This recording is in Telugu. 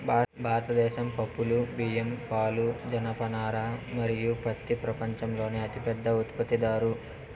భారతదేశం పప్పులు, బియ్యం, పాలు, జనపనార మరియు పత్తి ప్రపంచంలోనే అతిపెద్ద ఉత్పత్తిదారు